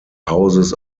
hauses